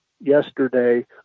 yesterday